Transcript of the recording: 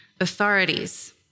authorities